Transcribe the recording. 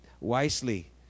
wisely